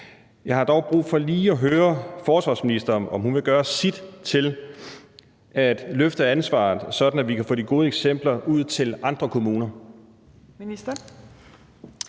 Jeg har dog brug for lige at høre forsvarsministeren, om hun vil gøre sit til at løfte ansvaret, sådan at vi kan få de gode eksempler ud til andre kommuner.